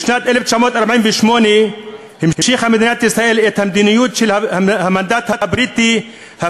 בשנת 1948 המשיכה מדינת ישראל את המדיניות של המנדט הבריטי: